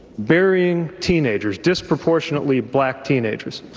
burying teenagers, disproportionately black teenagers.